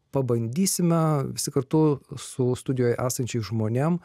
pabandysime visi kartu su studijoje esančiais žmonėm